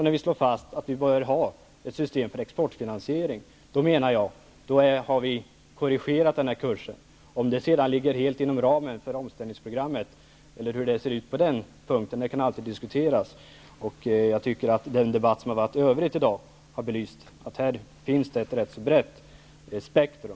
När vi slår fast att vi bör ha ett system för exportfinansiering, menar jag att vi har korrigerat den här kursen. Om det sedan ligger helt inom ramen för omställningsprogrammet kan alltid diskuteras. Jag tycker att den debatt som har förts i övrigt i dag har belyst att det här finns ett ganska brett spektrum.